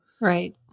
right